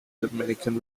dominican